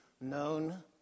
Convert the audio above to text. known